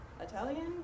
Italian